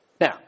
Now